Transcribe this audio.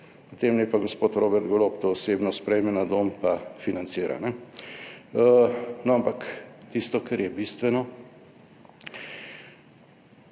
Potem naj pa gospod Robert Golob to osebno sprejme na dom, pa financira. No, ampak tisto kar je bistveno,